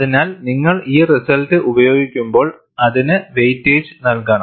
അതിനാൽ നിങ്ങൾ ഈ റിസൾട്ട് ഉപയോഗിക്കുമ്പോൾ അതിന് വെയിറ്റേജ് നൽകണം